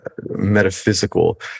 metaphysical